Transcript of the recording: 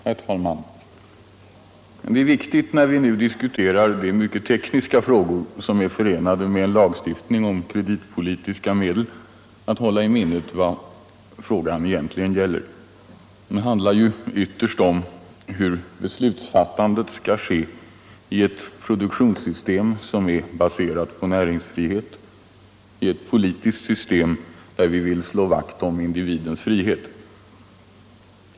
Herr talman! Det är viktigt, när vi nu diskuterar de mycket tekniska frågor som är förenade med en lagstiftning om kreditpolitiska medel, att hålla i minnet vad frågan egentligen gäller. Den handlar ytterst om hur beslutsfattandet skall ske i ett produktionssystem baserat på näringsfrihet, i ett politiskt system där vi vill slå vakt om individens frihet.